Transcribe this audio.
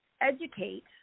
educate